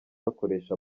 bakoresha